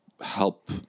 help